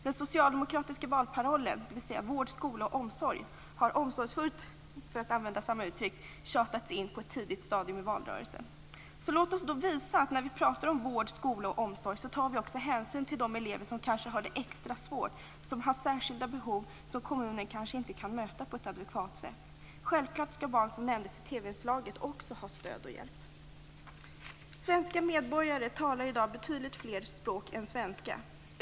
Den socialdemokratiska valparollen, dvs. vård, skola och omsorg, har omsorgsfullt tjatats in på ett tidigt stadium i valrörelsen. Låt oss då visa att vi när vi pratar om vård, skola och omsorg också tar hänsyn till de elever som kanske har det extra svårt, som har särskilda behov, som kommunen kanske inte kan möta på ett adekvat sätt. Självfallet skall sådana barn som nämndes i TV inslaget också ha stöd och hjälp. Svenska medborgare talar i dag betydligt fler språk än svenska.